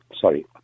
sorry